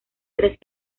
tres